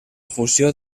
funció